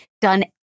done